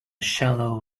shallow